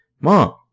mom